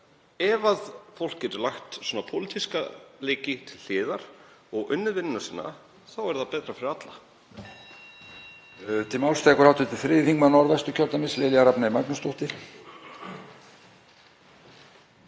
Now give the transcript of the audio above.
Ef fólk getur lagt pólitíska leiki til hliðar og unnið vinnuna sína er það betra fyrir alla.